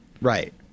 right